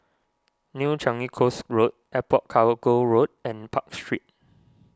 New Changi Coast Road Airport Cargo Road and Park Street